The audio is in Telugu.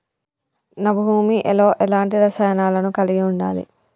నా భూమి లో ఎలాంటి రసాయనాలను కలిగి ఉండాలి?